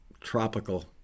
Tropical